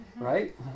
Right